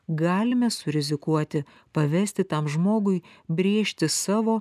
galime surizikuoti pavesti tam žmogui brėžti savo